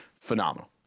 phenomenal